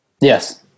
Yes